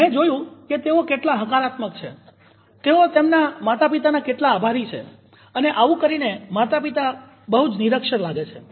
મેં જોયું કે તેઓ કેટલા હકારાત્મક છે તેઓ તેમના માતા પિતાના કેટલા આભારી છે અને આવું કરીને માતા પિતા બહુ જ નિરક્ષર લાગે છે